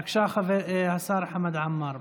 בבקשה, השר חמד עמאר.